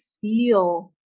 feel